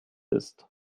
ist